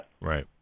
Right